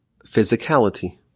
physicality